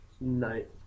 Night